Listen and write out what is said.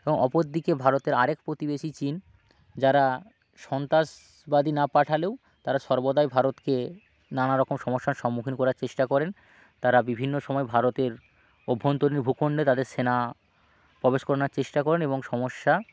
এবং অপরদিকে ভারতের আরেক প্রতিবেশী চীন যারা সন্তাসবাদী না পাঠালেও তারা সর্বদাই ভারতকে নানা রকম সমস্যার সম্মুখীন করার চেষ্টা করেন তারা বিভিন্ন সময় ভারতের অভ্যন্তরীণ ভূখন্ডে তাদের সেনা প্রবেশ করানোর চেষ্টা করেন এবং সমস্যা